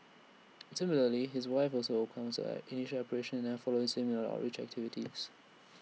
similarly his wife also A common side initial and follows him on outreach activities